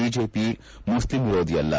BJP ಮುಸ್ಲಿಂ ವಿರೋಧಿ ಅಲ್ಲ